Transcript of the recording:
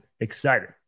Excited